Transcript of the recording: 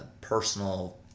personal